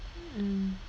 mm